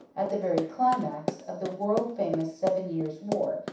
at the very climax, of the world-famous seven years' war,